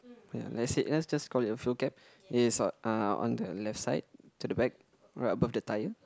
ya let's say let's just call it a fuel cap it is uh on the left side to the back right above the tyre